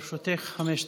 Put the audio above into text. בבקשה, לרשותך חמש דקות.